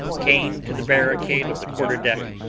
came to the barricade of the quarter-deck,